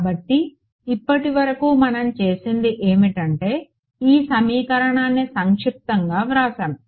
కాబట్టి ఇప్పటివరకు మనం చేసినది ఏమిటంటే ఈ సమీకరణాన్ని సంక్షిప్తంగా వ్రాసాము